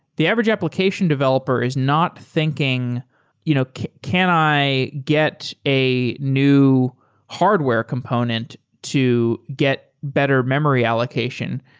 the average application developer is not thinking you know can i get a new hardware component to get better memory allocation.